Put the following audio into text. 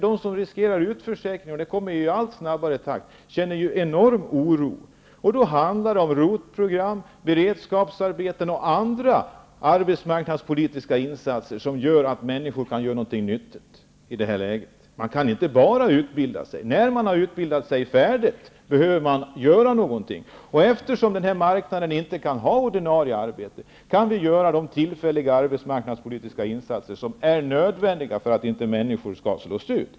De som riskerar utförsäkring -- något som ökar i allt snabbare takt -- känner enorm oro. Det handlar om ROT-program, beredskapsarbeten och andra arbetsmarknadspolitiska insatser som gör att människor kan göra något nyttigt. Man kan inte bara utbilda sig. När man har utbildat sig färdigt behöver man göra någonting. Eftersom marknaden inte kan ha ordinarie arbeten kan vi göra de tillfälliga arbetsmarknadspolitiska insatser som är nödvändiga för att inte människor skall slås ut.